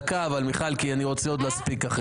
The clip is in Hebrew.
דקה מיכל, כי יש עוד אחרים להספיק.